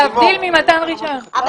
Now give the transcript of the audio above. להבדיל ממתן רישיון.